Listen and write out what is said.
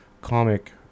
comic